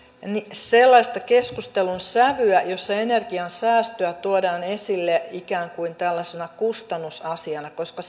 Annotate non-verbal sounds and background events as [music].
sellaista keskustelun sävyä jossa energiansäästöä tuodaan esille ikään kuin tällaisena kustannusasiana koska [unintelligible]